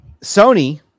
Sony